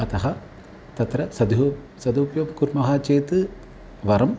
अतः तत्र सध् सदुपयोगः कुर्मः चेत् वरम्